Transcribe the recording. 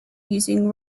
using